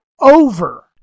over